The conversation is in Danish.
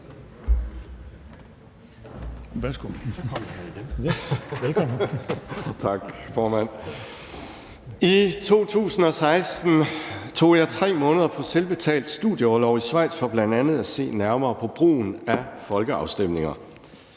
I 2016 tog jeg 3 måneder på selvbetalt studieorlov i Schweiz for bl.a. at se nærmere på brugen af folkeafstemninger.